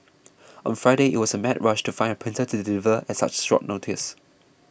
on Friday it was a mad rush to find a printer to deliver at such short notice